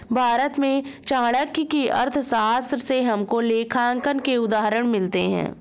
भारत में चाणक्य की अर्थशास्त्र से हमको लेखांकन के उदाहरण मिलते हैं